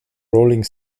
rolling